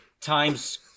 times